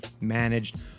managed